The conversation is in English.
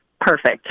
perfect